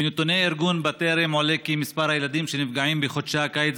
מנתוני ארגון בטרם עולה כי מספר הילדים שנפגעים בחודשי הקיץ